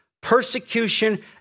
persecution